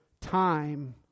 time